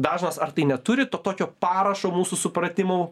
dažnas ar tai neturi to tokio parašo mūsų supratimu